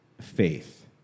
faith